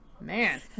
Man